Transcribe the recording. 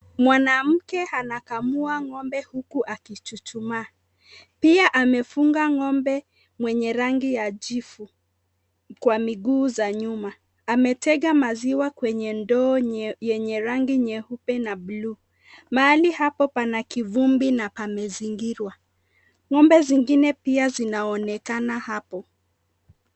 Mwanamke anakamua ngombe huku akichuchuma. Pia amefunga ngombe mwenye rangi ya jivu, Kwa miguu za nyuma. Ametega maziwa kwenye ndoo yenye rangi nyeupe na blue . Mahali hapo pana kivumbi na pamezingira. Ngombe zingine pia zinaonekana hapo.